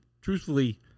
truthfully